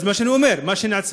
אז מה שאני אומר, מה שנעשה.